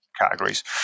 categories